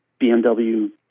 BMW